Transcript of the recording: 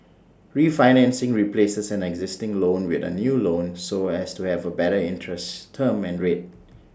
refinancing replaces an existing loan with A new loan so as to have A better interest term and rate